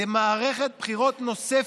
למערכת בחירות נוספת,